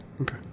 okay